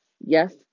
Yes